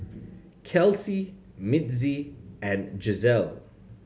Kelsie Mitzi and Giselle